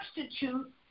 substitute